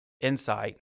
insight